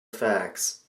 facts